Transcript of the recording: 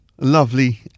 lovely